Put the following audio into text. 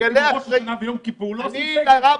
הוא אמר שבראש השנה וביום כיפור לא עושים סגר.